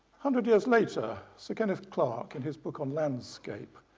hundred years later, sir kenneth clarke in his book on landscape